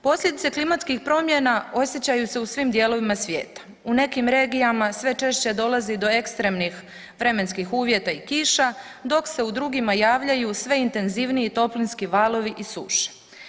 Posljedice klimatskih promjena osjećaju se u svim dijelovima svijeta, u nekim regijama sve češće dolazi do ekstremnih vremenskih uvjeta i kiša, dok se u drugima javljaju sve intenzivniji toplinski valovi i suše.